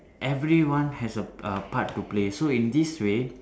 everyone has a uh part to play so in this way